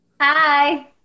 Hi